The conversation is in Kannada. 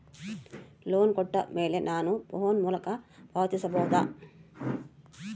ಲೋನ್ ಕೊಟ್ಟ ಮೇಲೆ ನಾನು ಫೋನ್ ಮೂಲಕ ಪಾವತಿಸಬಹುದಾ?